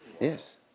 Yes